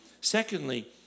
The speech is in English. Secondly